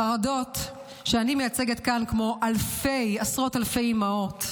החרדות שאני מייצגת כאן, כמו עשרות אלפי אימהות,